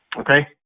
okay